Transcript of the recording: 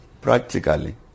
practically